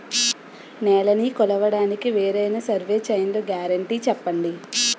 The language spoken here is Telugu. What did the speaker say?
నేలనీ కొలవడానికి వేరైన సర్వే చైన్లు గ్యారంటీ చెప్పండి?